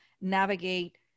navigate